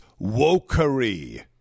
wokery